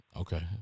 okay